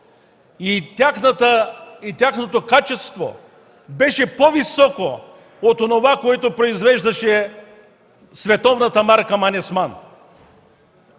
Тяхното качество беше по-високо от онова, което произвеждаше световната марка „Манис ман”.